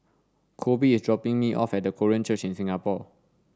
Koby is dropping me off at Korean Church in Singapore